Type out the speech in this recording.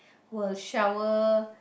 will shower